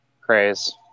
craze